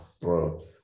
bro